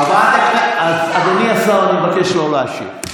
הוא, חברת הכנסת, אדוני השר, אני מבקש לא להשיב.